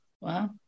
Wow